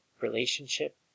relationship